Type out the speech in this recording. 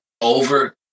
over